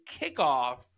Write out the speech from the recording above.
kickoff